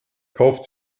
kauft